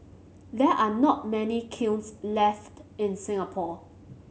there are not many kilns left in Singapore